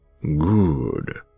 Good